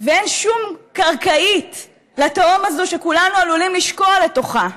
ואין שום קרקעית לתהום הזאת שכולנו עלולים לשקוע לתוכה?